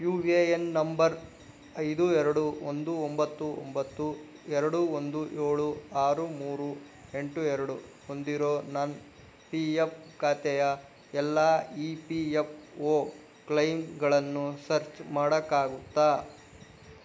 you A N number ಐದು ಎರಡು ಒಂದು ಒಂಬತ್ತು ಒಂಬತ್ತು ಎರಡು ಒಂದು ಏಳು ಆರು ಮೂರು ಎಂಟು ಎರಡು ಹೊಂದಿರೋ ನನ್ನ ಪಿ ಎಫ್ ಖಾತೆಯ ಎಲ್ಲ ಇ ಪಿ ಎಫ್ ಒ ಕ್ಲೇಮ್ಗಳನ್ನು ಸರ್ಚ್ ಮಾಡೋಕ್ಕಾಗುತ್ತಾ